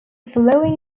following